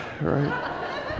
right